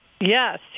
Yes